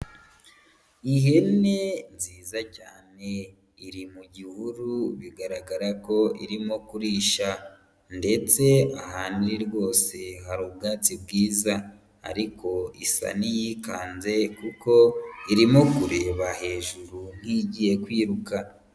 Ihene nziza cyane, iri mu gihuru bigaragara ko irimo kurisha ndetse ahantu iri rwose hari ubwatsi bwiza, ariko isa n'iyikanze kuko irimo kureba hejuru nk'igiyeye kwiruka.